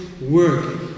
work